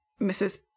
Mrs